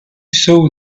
saw